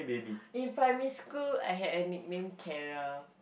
in primary school I had a nickname Kara